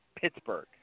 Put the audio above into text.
Pittsburgh